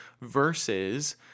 versus